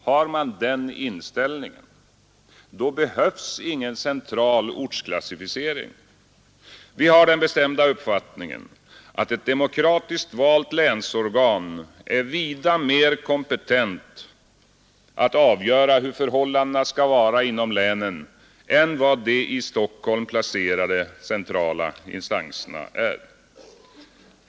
Har man den inställningen behövs ingen central ortsklassificering. Vi har den bestämda uppfattningen att ett demokratiskt valt länsorgan är vida mer kompetent att avgöra hur förhållandena skall vara inom länen än vad de i Stockholm placerade centrala instanserna är.